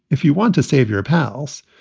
if you want to save your pals,